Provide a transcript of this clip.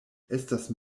estas